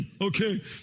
okay